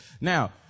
Now